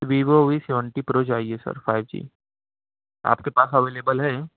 Vivo V seventy pro چاہیے sir five G آپ کے پاس اویلیبل ہے